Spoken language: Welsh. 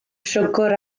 siwgr